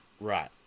right